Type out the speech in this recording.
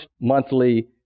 monthly